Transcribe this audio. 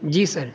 جی سر